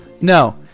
No